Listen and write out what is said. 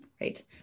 right